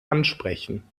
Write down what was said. ansprechen